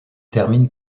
termine